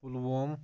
Pulwama